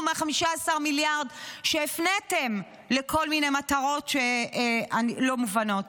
מה-15 מיליארד שהפניתם לכל מיני מטרות לא מובנות.